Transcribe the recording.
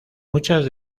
muchas